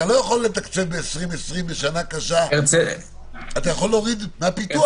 אתה לא יכול לתקצב ב-2020 בשנה קשה אתה יכול להוריד מהפיתוח.